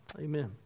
Amen